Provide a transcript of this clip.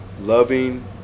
Loving